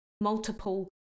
multiple